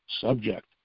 subject